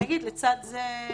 אני אגיד לצד זה,